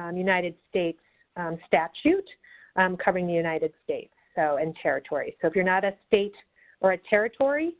um united states statute covering the united states, so, and territories. so, if you're not a state or a territory